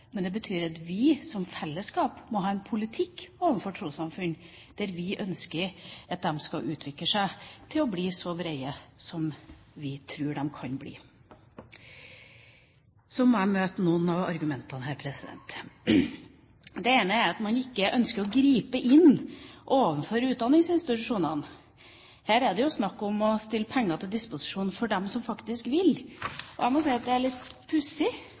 Det betyr at vi som fellesskap må ha en politikk overfor trossamfunn, der vi ønsker at de skal utvikle seg til å bli så greie som vi tror at de kan bli. Så må jeg imøtegå noen av argumentene her. Det ene er at man ikke ønsker å gripe inn overfor utdanningsinstitusjonene. Her er det jo snakk om å stille penger til disposisjon for dem som faktisk vil. Jeg syns det er litt pussig